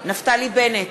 נפתלי בנט,